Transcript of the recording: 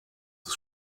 the